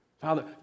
Father